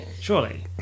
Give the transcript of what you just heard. surely